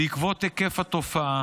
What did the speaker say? בעקבות היקף התופעה